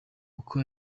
uko